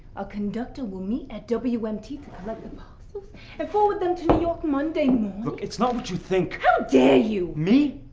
a conductor will meet at w m t. to collect the parcels and forward them to new york monday morning. look, it's not what you think how dare you? me?